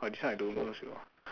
!wah! this one I don't know also